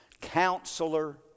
Counselor